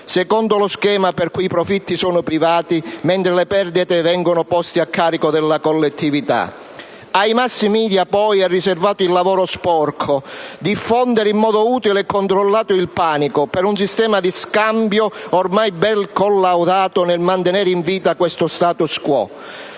secondo lo schema per cui i profitti sono privati mentre le perdite vengono poste a carico della collettività. Ai *mass media* poi è riservato il lavoro sporco: diffondere in modo utile e controllato il panico, per un sistema di scambio ormai ben collaudato nel mantenere in vita questo *status quo*.